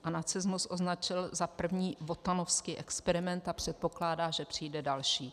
A nacismus označil za první wotanovský experiment a předpokládá, že přijde další.